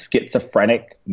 schizophrenic